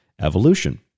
evolution